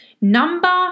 Number